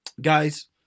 Guys